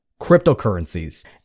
cryptocurrencies